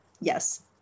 yes